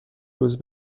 روز